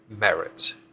merit